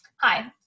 Hi